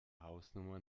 hausnummer